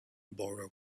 borough